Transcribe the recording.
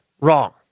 wrong